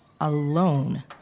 Alone